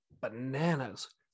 bananas